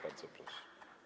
Bardzo proszę.